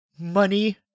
money